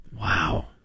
Wow